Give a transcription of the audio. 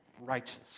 righteous